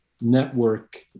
network